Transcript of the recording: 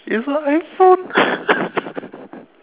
it's not iphone